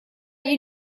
you